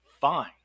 Fine